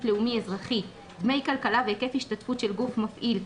לאומי אזרחי (דמי כלכלה והיקף השתתפות של גוף מפעיל),